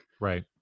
Right